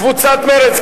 קבוצת מרצ,